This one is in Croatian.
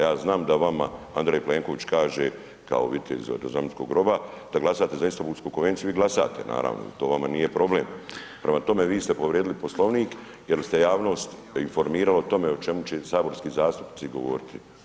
Ja znam da vama Andrej Plenković kaže kao vitez Jeruzalemskog groba da glasate za Istanbulsku konvenciju, vi glasate naravno, to vama nije problem, prema tome vi ste povrijedili Poslovnik jer se javnost informira o tome o čemu će se saborski zastupnici govoriti.